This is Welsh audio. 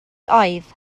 oedd